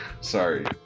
Sorry